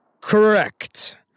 Correct